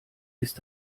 ist